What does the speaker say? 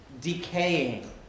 decaying